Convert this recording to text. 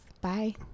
Bye